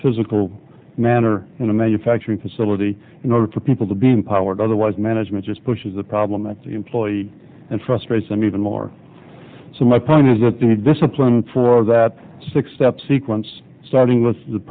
physical manner in a manufacturing facility in order for people to be empowered otherwise management just pushes the problem an employee and frustrates them even more so my point is that the discipline for that six step sequence starting with the